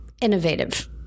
innovative